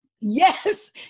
Yes